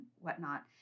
whatnot